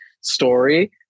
story